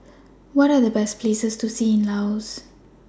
What Are The Best Places to See in Laos